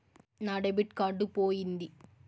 నా debit card పోయింది